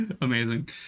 Amazing